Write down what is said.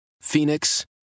Phoenix